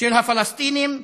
של הפלסטינים,